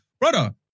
brother